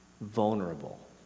vulnerable